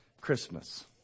Christmas